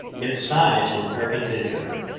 its sides were perpendicular.